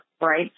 right